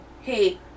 hey